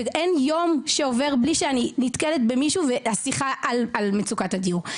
אין יום שעובר בלי שאני נתקלת במישהו והשיחה שלנו חוזרת אל מצוקת הדיור.